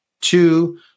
Two